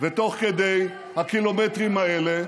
ותוך כדי הקילומטרים האלה,